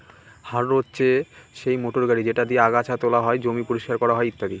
harrow হচ্ছে সেই motor গাড়ি যেটা দিয়ে আগাচ্ছা তোলা হয়, জমি পরিষ্কার করা হয় ইত্যাদি